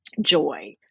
joy